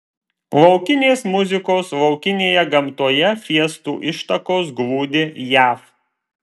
laukinės muzikos laukinėje gamtoje fiestų ištakos glūdi jav